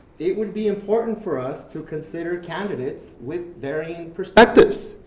it would be important for us to consider candidates with varying perspectives,